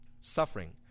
suffering